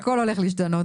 הכול הולך להשתנות.